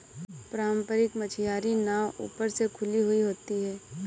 पारम्परिक मछियारी नाव ऊपर से खुली हुई होती हैं